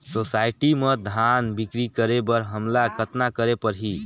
Society म धान बिक्री करे बर हमला कतना करे परही?